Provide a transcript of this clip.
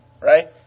Right